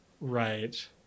Right